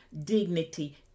dignity